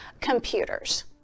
computers